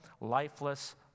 lifeless